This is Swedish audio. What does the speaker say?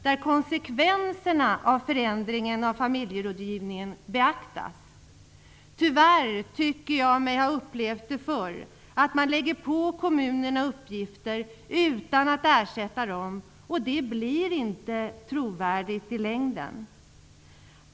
Där bör konsekvenserna av förändringen av familjerådgivningen beaktas. Tyvärr tycker jag mig ha upplevt detta förr, man lägger på kommunerna uppgifter utan att ersätta dem. Det blir inte trovärdigt i längden.